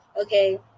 okay